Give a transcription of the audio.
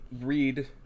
read